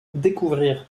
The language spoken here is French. découvrir